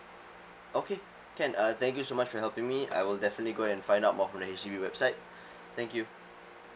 okay can uh thank you so much for helping me I will definitely go and find out more from the H_D_B website thank you